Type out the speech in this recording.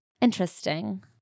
Interesting